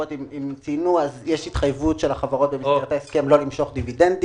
הבטוחות יש התחייבות של החברות לא למשוך דיבידנדים.